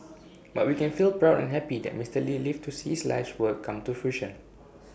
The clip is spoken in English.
but we can feel proud and happy that Mister lee lived to see his life's work come to fruition